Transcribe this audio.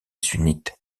sunnite